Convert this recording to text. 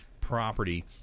property